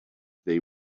they